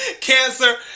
Cancer